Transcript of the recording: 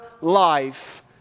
life